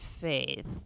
faith